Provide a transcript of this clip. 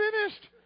finished